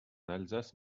alsace